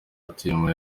atuyemo